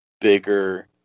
bigger